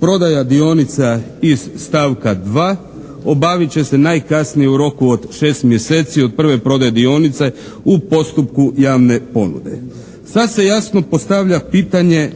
Prodaja dionica iz stavka 2. obavit će se najkasnije u roku od 6 mjeseci od prve prodaje dionice u postupku javne ponude. Sada se jasno postavlja pitanje